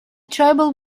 tribal